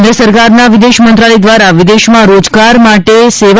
કેન્દ્ર સરકારના વિદેશ મંત્રાલય દ્વારા વિદેશમાં રોજગાર માટે સેવા